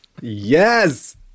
Yes